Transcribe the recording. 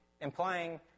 implying